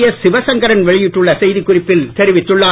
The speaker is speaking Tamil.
எஸ சிவசங்கரன் வெளியிட்டுள்ள செய்திக்குறிப்பில் தெரிவித்துள்ளார்